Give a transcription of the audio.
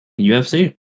UFC